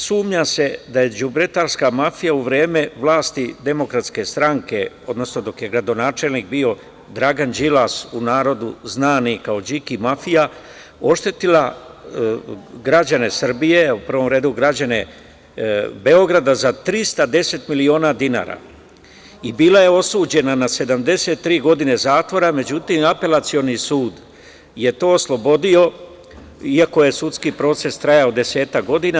Sumnja se da je đubretarska mafija u vreme vlasti DS, odnosno dok je gradonačelnik bio Dragan Đilas, u narodu znani kao Điki mafija, oštetila građane Srbije, u prvom redu građane Beograda za 310 miliona dinara i bila je osuđena na 73 godine zatvora, međutim Apelacioni sud je to oslobodio, iako je sudski proces trajao desetak godina.